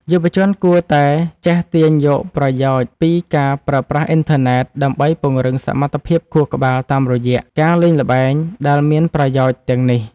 យុវជនគួរតែចេះទាញយកផលប្រយោជន៍ពីការប្រើប្រាស់អ៊ីនធឺណិតដើម្បីពង្រឹងសមត្ថភាពខួរក្បាលតាមរយៈការលេងល្បែងដែលមានប្រយោជន៍ទាំងនេះ។